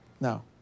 No